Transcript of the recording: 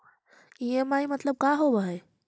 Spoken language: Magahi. ई.एम.आई मतलब का होब हइ?